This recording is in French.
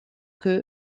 que